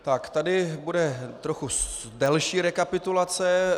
Tak tady bude trochu delší rekapitulace.